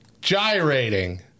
gyrating